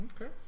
Okay